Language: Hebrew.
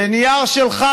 זה נייר שלך,